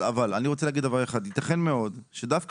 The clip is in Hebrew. אבל אני רוצה להגיד דבר אחד: יתכן מאוד שדווקא